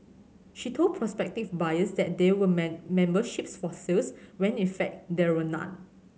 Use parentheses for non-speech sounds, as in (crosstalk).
she told prospective buyers that there were (unintelligible) memberships for sales when in fact there were none